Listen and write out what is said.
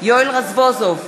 יואל רזבוזוב,